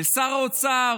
אל שר האוצר,